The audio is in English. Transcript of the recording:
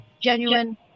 genuine